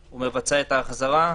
הוא מבצע את ההחזרה.